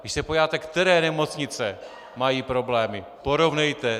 Když se podíváte, které nemocnice mají problémy, porovnejte.